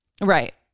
right